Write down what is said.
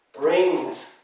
brings